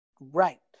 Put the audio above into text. right